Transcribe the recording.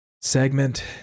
segment